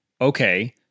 okay